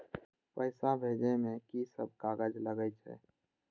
पैसा भेजे में की सब कागज लगे छै?